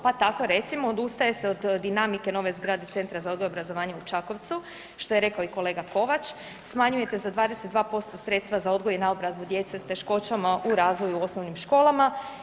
Pa tako recimo odustaje se od dinamike nove zgrade Centra za odgoj i obrazovanje u Čakovcu, što je rekao i kolega Kovač, smanjujete za 22% sredstva za odgoj i naobrazbu djece s teškoćama u razvoju u osnovnim školama.